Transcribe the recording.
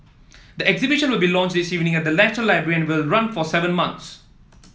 the exhibition will be launched this evening at the National Library and will run for seven months